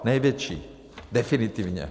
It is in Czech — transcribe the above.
Největší, definitivně.